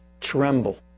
Tremble